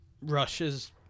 rushes